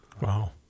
Wow